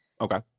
Okay